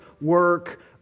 work